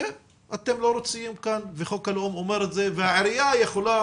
שאתם לא רצויים כאן וחוק הלאום אומר את זה והעירייה יכולה